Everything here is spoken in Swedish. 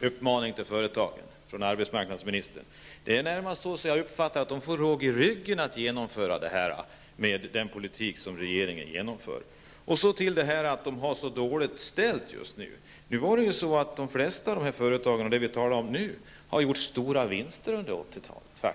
uppmaning till företagen. Jag uppfattar snarare att företagen får råg i ryggen att genomföra detta med den politik som regeringen för. Beträffande att företagen har så dåligt ställt just nu vill jag säga följande. De flesta av dessa företag har faktiskt gjort stora vinster under 1980-talet.